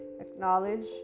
acknowledge